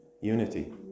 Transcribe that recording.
Unity